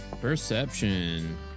Perception